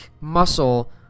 muscle